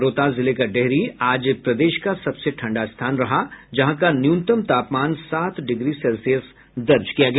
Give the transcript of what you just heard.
रोहतास जिले का डेहरी आज प्रदेश का सबसे ठंडा स्थान रहा जहां का न्यूनतम तापमान सात डिग्री सेल्सियस दर्ज किया गया